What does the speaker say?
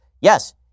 Yes